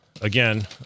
again